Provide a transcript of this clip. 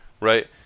right